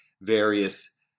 various